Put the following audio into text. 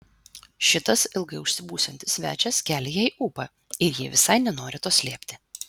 šitas ilgai užsibūsiantis svečias kelia jai ūpą ir ji visai nenori to slėpti